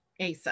Asa